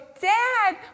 Dad